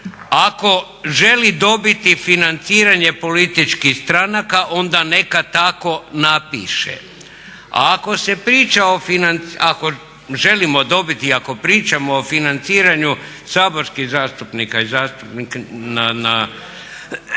Ako želi dobiti financiranje političkih stranaka onda neka tako napiše. A ako želimo dobiti i ako pričamo o financiranju saborskih zastupnika i zastupnika na